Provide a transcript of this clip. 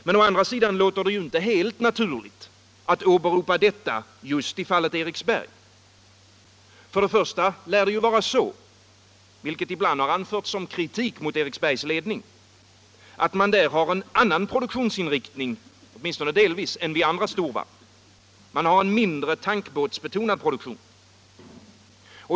Men å andra sidan låter det inte helt naturligt att åberopa detta just i fallet Eriksberg. För det första är det ju så — vilket ibland har anförts som kritik mot Eriksberg — att man där har en annan produktionsinriktning, åtminstone delvis, än vid andra storvarv. Man har en mindre tankbåtsbetonad produktion.